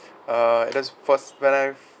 uh it was first when I've